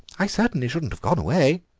i certainly shouldn't have gone away.